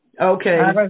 Okay